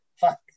fuck